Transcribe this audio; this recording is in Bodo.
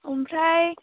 ओमफ्राय